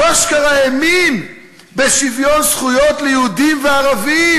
הוא אשכרה האמין בשוויון זכויות ליהודים וערבים,